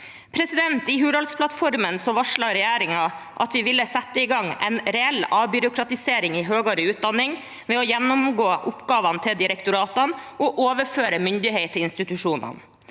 utfordringer. I Hurdalsplattformen varslet regjeringen at vi ville sette i gang en reell avbyråkratisering i høyere utdanning ved å gjennomgå oppgavene til direktoratene og overføre myndighet til institusjonene.